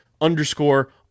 underscore